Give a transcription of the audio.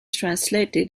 translated